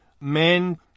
men